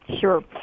Sure